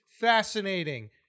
fascinating